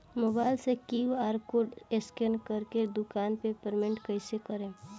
Mobile से QR code scan कर के दुकान मे पेमेंट कईसे करेम?